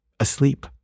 asleep